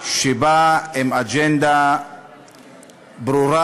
שיש להן אג'נדה ברורה.